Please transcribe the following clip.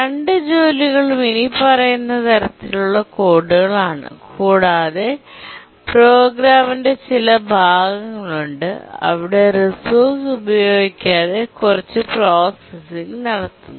രണ്ട് ജോലികളും ഇനിപ്പറയുന്ന തരത്തിലുള്ള കോഡുകളാണ് കൂടാതെ പ്രോഗ്രാമിന്റെ ചില ഭാഗങ്ങളുണ്ട് അവിടെ റിസോഴ്സ് ഉപയോഗിക്കാതെ കുറച്ച് പ്രോസസ്സിംഗ് നടത്തുന്നു